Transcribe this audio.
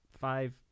Five